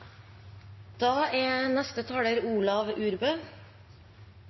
Da har representanten Olav Urbø